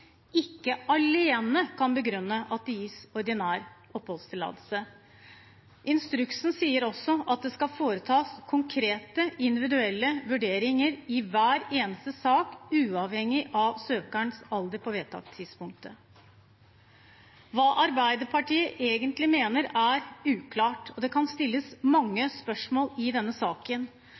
ikke alene kan begrunne at det gis ordinær oppholdstillatelse. Instruksen sier også at det skal foretas konkrete, individuelle vurderinger i hver eneste sak uavhengig av søkerens alder på vedtakstidspunktet. Hva Arbeiderpartiet egentlig mener, er uklart. Det kan stilles mange spørsmål i denne saken.